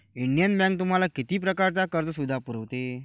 Indian bank तुम्हाला किती प्रकारच्या कर्ज सुविधा पुरवते?